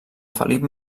felip